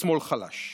ושמאל חלש.